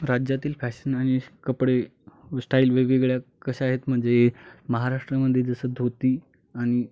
राज्यातील फॅशन आणि कपडे श्टाइल वेगवेगळ्या कशा आहेत म्हणजे महाराष्ट्रामध्ये जसं धोती आणि